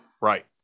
right